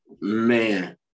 Man